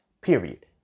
Period